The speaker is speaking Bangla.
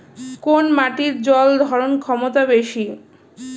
কোন মাটির জল ধারণ ক্ষমতা বেশি?